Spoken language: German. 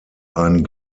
einen